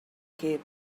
què